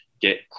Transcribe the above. get